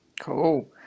Cool